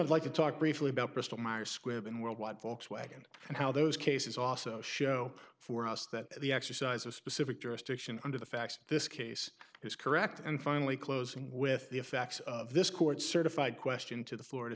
i'd like to talk briefly about bristol myers squibb and worldwide volkswagen and how those cases also show for us that the exercise of specific jurisdiction under the facts of this case is correct and finally closing with the effects of this court certified question to the florida